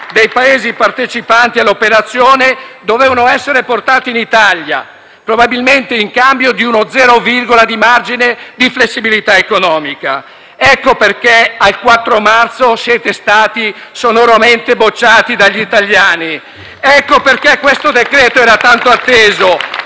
dei Paesi partecipanti all'operazione dovessero essere portati in Italia, probabilmente in cambio di uno zero virgola di margine di flessibilità economica. Ecco perché il 4 marzo siete stati sonoramente bocciati dagli italiani. Ecco perché questo decreto-legge era tanto atteso,